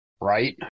right